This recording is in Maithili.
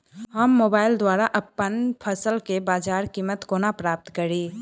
हम मोबाइल द्वारा अप्पन फसल केँ बजार कीमत कोना प्राप्त कड़ी?